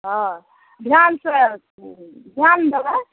हँ धिआनसँ धिआन देबै